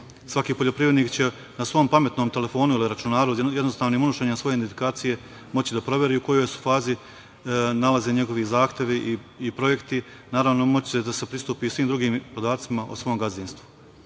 Svaki poljoprivrednik će na svom pametnom telefonu ili računaru jednostavnim unošenjem svoje identifikacije moći da proveri u kojoj se fazi nalaze njegovi zahtevi i projekti, naravno, moći će da se pristupi i svim drugim podacima o svom gazdinstvu. Takođe,